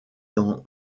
dans